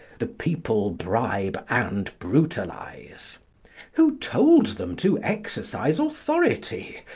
the people bribe and brutalise. who told them to exercise authority?